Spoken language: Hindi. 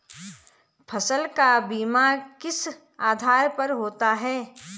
फसल का बीमा किस आधार पर होता है?